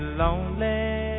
lonely